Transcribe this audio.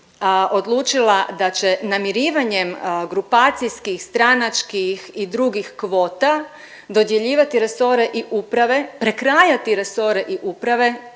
odlučila da će namirivanjem grupacijskih, stranačkih i drugih kvota dodjeljivati resore i uprave, prekrajati resore i uprave